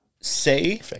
say